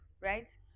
right